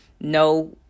no